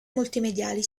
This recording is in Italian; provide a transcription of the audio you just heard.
multimediali